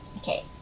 Okay